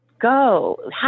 Go